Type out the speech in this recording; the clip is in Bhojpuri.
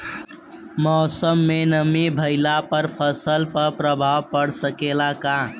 मौसम में नमी भइला पर फसल पर प्रभाव पड़ सकेला का?